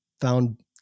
found